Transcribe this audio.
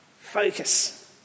focus